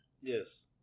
yes